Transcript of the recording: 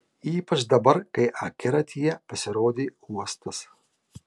ypač dabar kai akiratyje pasirodė uostas